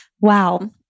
Wow